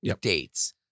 dates